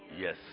Yes